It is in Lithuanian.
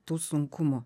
tų sunkumų